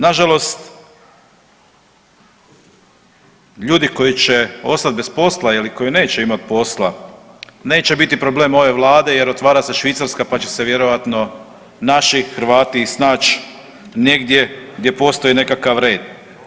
Nažalost, ljudi koji će ostat bez posla ili koji neće imat posla neće biti problem ove vlade jer otvara se Švicarska, pa će se vjerojatno naši Hrvati i snać negdje gdje postoji nekakav red.